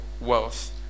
wealth